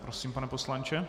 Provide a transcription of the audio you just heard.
Prosím, pane poslanče.